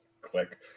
click